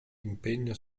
impegno